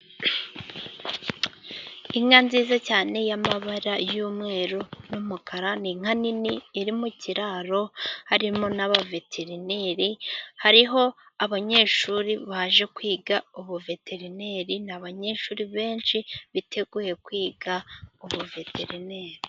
Inka nziza cyane y'amabara y'umweru n'umukara, n'inka nini iri mu kiraro harimo n'abaveterineri, hariho abanyeshuri baje kwiga ubuveterineri n'abanyeshuri benshi biteguye kwiga ubuveterineri.